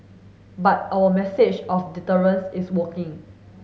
but our message of deterrence is working